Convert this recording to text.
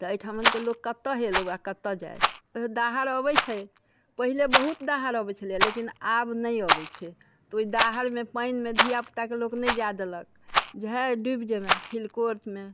तऽ अइठमनके लोक कतऽ हेलौ आओर कतऽ जाइ दाहड़ अबै छै पहिले बहुत दाहड़ अबै छलैए लेकिन आब नहि अबै छै तऽ ओइ दाहड़मे पानिमे धियापुताके लोक नहि जाइ देलक जे हइ डुबि जेबे हिलकोरमे